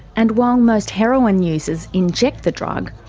and while most heroin users inject the drug,